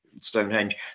Stonehenge